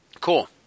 Cool